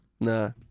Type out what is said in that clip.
No